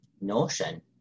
notion